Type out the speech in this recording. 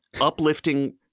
Uplifting